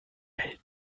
welt